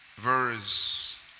Verse